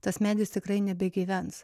tas medis tikrai nebegyvens